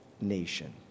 nation